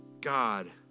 God